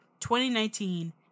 2019